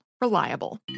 Reliable